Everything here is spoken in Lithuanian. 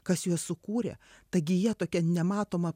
kas juos sukūrė ta gija tokia nematoma